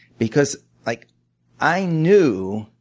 because like i knew,